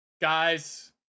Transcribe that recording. guys